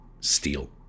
steal